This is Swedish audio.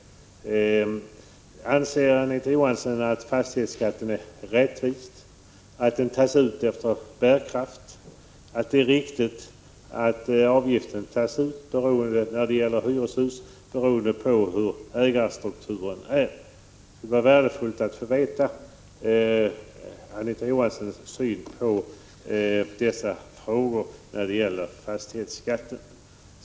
1985/86:163 Anita Johansson att fastighetsskatten är rättvis, att den tas ut efter bärkraft 5 juni 1986 och att det är riktigt att avgiftsuttaget när det gäller hyreshus ärberoendeav SZ ägarstrukturen? Det skulle vara värdefullt att få höra Anita Johanssons KERO ON tiken, m.m. uppfattning i dessa frågor som gäller fastighetsskatten.